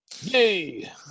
Yay